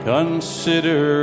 Consider